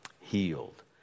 Healed